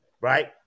right